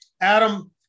Adam